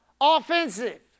offensive